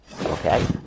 Okay